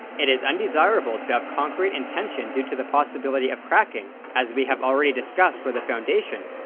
it is undesirable to have concrete in tension due to the possibility of cracking as we have already discussed for the foundation,